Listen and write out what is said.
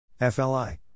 FLI